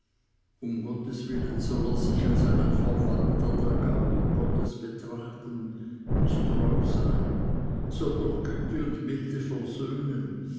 um gottes willen soll er sich als einen verwalter der gaben gottes betrachten und treu sein soll durch güte und milde versöhnen